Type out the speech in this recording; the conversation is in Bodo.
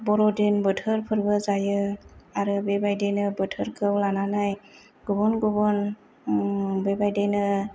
बर'दिन बोथोरफोरबो जायो आरो बेबायदिनो बोथोरखौ लानानै गुबुन गुबुन बेबायदिनो